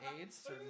AIDS